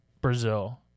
Brazil